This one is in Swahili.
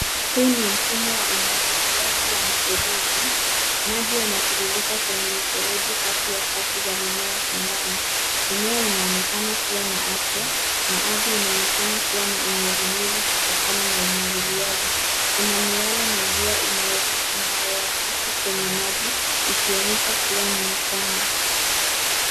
Huu ni mfumo wa umwagiliaji wa mifereji. Maji yanatiririka kwenye mifereji kati ya safu za mimea shambani. Mimea inaonekana kuwa na afya, na ardhi inaonekana kuwa na unyevunyevu kutokana na umwagiliaji. Kuna miale na jua inayoakithi kwenye maji, ikionyesha kuwa ni mchana.